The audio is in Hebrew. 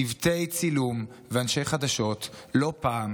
צוותי צילום ואנשי חדשות לא פעם